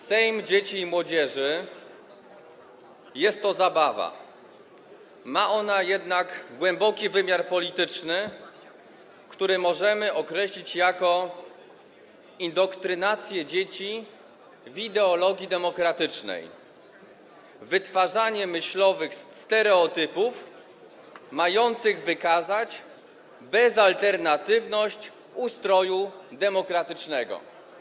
Sejm Dzieci i Młodzieży „jest to zabawa, jednak ma ona głęboki wymiar polityczny, który możemy określić jako indoktrynację dzieci w ideologii demokratycznej, wytwarzanie myślowych stereotypów mających wykazać bezalternatywność ustroju demokratycznego”